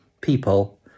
people